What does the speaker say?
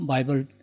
Bible